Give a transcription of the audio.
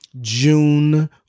June